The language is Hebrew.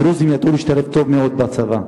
אני רוצה להגיד לך: הדרוזים ידעו להשתלב טוב מאוד בצבא,